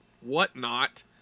whatnot